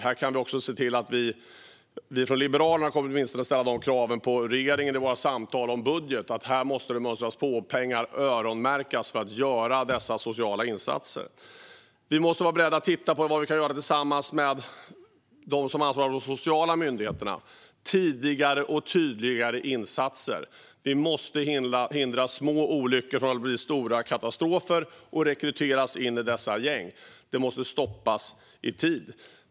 Vi liberaler kommer åtminstone att i våra budgetsamtal ställa krav på regeringen att mönstra på och öronmärka pengar för att göra dessa sociala insatser. Vi måste vara beredda att titta på vad vi kan göra tillsammans med dem som ansvarar för de sociala myndigheterna. Det behövs tidigare och tydligare insatser. Vi måste hindra små olyckor från att bli stora katastrofer och hindra rekrytering till dessa gäng. Det måste stoppas i tid.